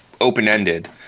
open-ended